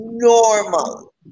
Normal